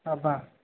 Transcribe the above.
అబ్బా